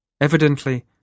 Evidently